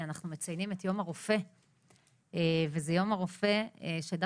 אנחנו מציינים את יום הרופא וזה יום הרופא שאני